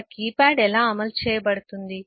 ఆ కీప్యాడ్ ఎలా అమలు చేయబడుతుంది